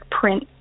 print